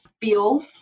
feel